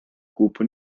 culpo